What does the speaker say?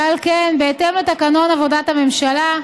ועל כן, בהתאם לתקנון לעבודת הממשלה,